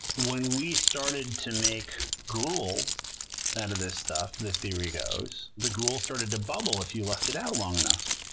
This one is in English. when we started to make gruel out of this stuff, the theory goes, the gruel started to bubble if you left it out long enough.